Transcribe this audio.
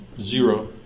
Zero